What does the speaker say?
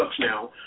now